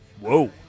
whoa